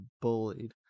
bullied